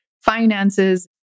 finances